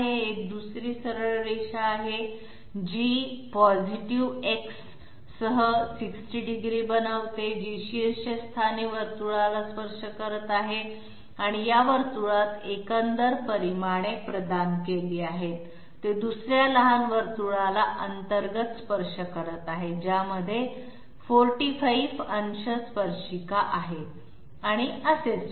एक दुसरी सरळ रेषा आहे जी धनात्मक X X सह 60 अंश बनवते जी शीर्षस्थानी वर्तुळाला स्पर्श करत आहे आणि या वर्तुळात एकंदर परिमाणे प्रदान केली आहेत आणि ते दुसऱ्या लहान वर्तुळाला अंतर्गत स्पर्श करत आहे ज्यामध्ये 45 अंश स्पर्शिका आहे आणि असेच पुढे